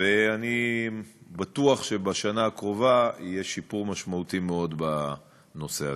ואני בטוח שבשנה הקרובה יהיה שיפור משמעותי מאוד בנושא הזה.